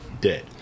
dead